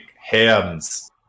hands